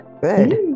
Good